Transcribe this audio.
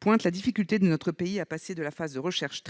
pointe la difficulté, dans notre pays, de passer de la phase de recherche